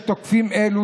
תוקפים אלו,